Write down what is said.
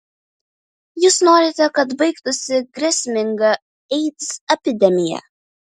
jūs norite kad baigtųsi grėsminga aids epidemija